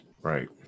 Right